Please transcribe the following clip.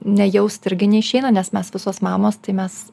nejaust irgi neišeina nes mes visos mamos tai mes